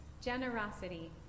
generosity